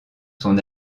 son